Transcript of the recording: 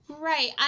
Right